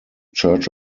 church